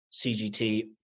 CGT